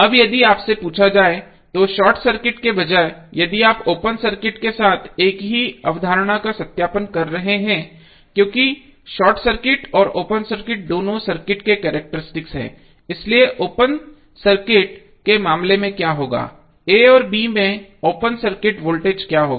अब यदि आपसे पूछा जाए तो शॉर्ट सर्किट के बजाय यदि आप ओपन सर्किट के साथ एक ही अवधारणा का सत्यापन कर रहे हैं क्योंकि शॉर्ट सर्किट और ओपन सर्किट दोनों सर्किट के कैरेक्टेरिस्टिक्स हैं इसलिए ओपन सर्किट के मामले में क्या होगा a और b में ओपन सर्किट वोल्टेज क्या होगा